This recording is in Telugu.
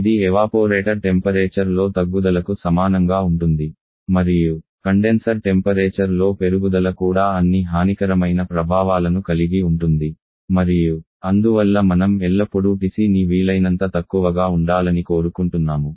ఇది ఎవాపోరేటర్ టెంపరేచర్ లో తగ్గుదలకు సమానంగా ఉంటుంది మరియు కండెన్సర్ టెంపరేచర్ లో పెరుగుదల కూడా అన్ని హానికరమైన ప్రభావాలను కలిగి ఉంటుంది మరియు అందువల్ల మనం ఎల్లప్పుడూ TC ని వీలైనంత తక్కువగా ఉండాలని కోరుకుంటున్నాము